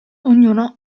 ognuno